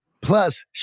Plus